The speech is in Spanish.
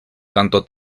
tanto